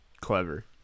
clever